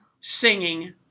singing